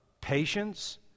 patience